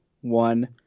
one